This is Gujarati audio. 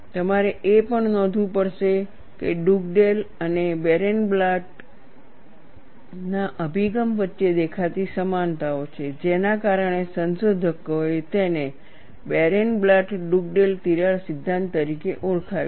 તમારે એ પણ નોંધવું પડશે કે ડુગડેલ અને બેરેનબ્લાટ ના અભિગમ વચ્ચે દેખીતી સમાનતાઓ છે જેના કારણે સંશોધકોએ તેને બેરેનબ્લાટ ડુગડેલ તિરાડ સિદ્ધાંત તરીકે ઓળખાવી છે